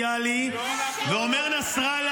מאיר,